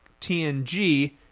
TNG